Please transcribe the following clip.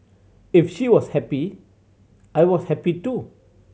if she was happy I was happy too